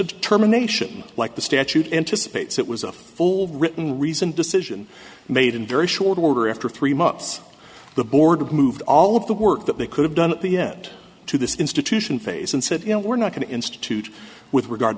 a determination like the statute anticipates it was a full written reasoned decision made in very short order after three months the board moved all of the work that they could have done at the end to this institution phase and said you know we're not going to institute with regard